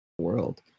world